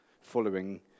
following